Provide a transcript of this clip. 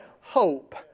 hope